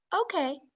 okay